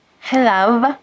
Hello